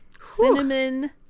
cinnamon